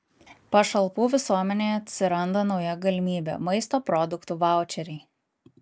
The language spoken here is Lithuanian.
pašalpų visuomenei atsiranda nauja galimybė maisto produktų vaučeriai